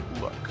look